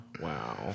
Wow